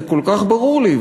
זה כל כך ברור לי,